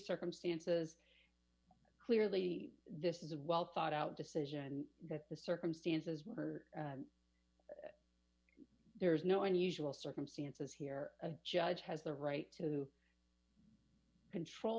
circumstances clearly this is a well thought out decision that the circumstances were there's no unusual circumstances here a judge has the right to control